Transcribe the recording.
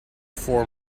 four